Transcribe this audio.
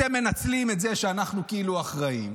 אתם מנצלים את זה שאנחנו כאילו האחראים,